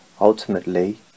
ultimately